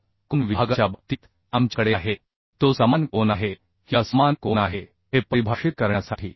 तर कोन विभागाच्या बाबतीत आमच्याकडे आहे तो समान कोन आहे की असमान कोन आहे हे परिभाषित करण्यासाठी